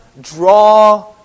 draw